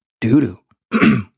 doo-doo